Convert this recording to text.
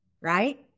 right